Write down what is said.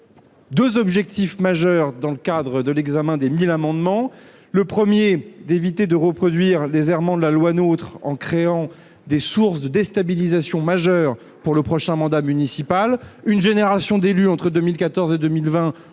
deux objectifs majeurs au titre de l'examen des quelque 1 000 amendements. Premièrement, il convenait d'éviter de reproduire les errements de la loi NOTRe en créant des sources de déstabilisation majeure pour le prochain mandat municipal. Une génération d'élus, entre 2014 et 2020,